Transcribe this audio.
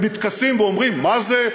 מתכסים ואומרים: מה זה?